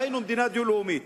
היינו מדינה דו-לאומית,